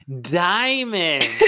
Diamond